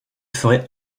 ferait